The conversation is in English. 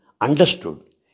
understood